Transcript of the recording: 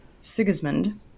Sigismund